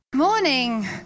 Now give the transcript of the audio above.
morning